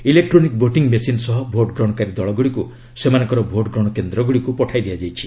electronic voting machine ସହ ଭୋଟ ଗ୍ରହଣକାରୀ ଦଳଗୁଡ଼ିକୁ ସେମାନଙ୍କର ଭୋଟ ଗ୍ରହଣ କେନ୍ଦ୍ରଗୁଡ଼ିକୁ ପଠାଇ ଦିଆଯାଇଛି